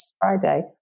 Friday